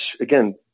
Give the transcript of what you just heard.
again